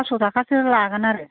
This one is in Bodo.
फास स' थाकासो लागोन आरो